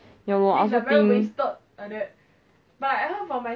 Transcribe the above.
ya lor I also think